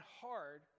hard